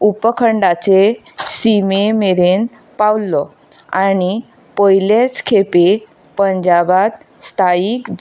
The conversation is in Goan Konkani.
उपखंडाचे शिमे मेरेन पावल्लो आनी पयलेच खेपेक पंजाबाक स्थायीक